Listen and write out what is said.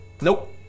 Nope